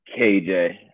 KJ